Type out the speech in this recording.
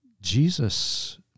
Jesus